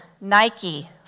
Nike